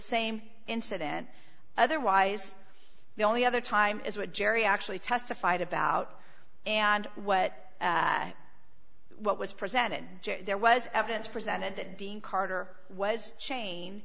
same incident otherwise the only other time is what jerry actually testified about and what what was presented there was evidence presented that dean carter was sha